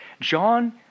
John